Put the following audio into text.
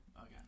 Okay